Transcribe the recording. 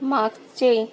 मागचे